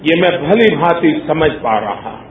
ये मैं भली भांति समझ पा रहा हूं